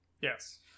Yes